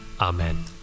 amen